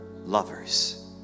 lovers